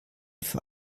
für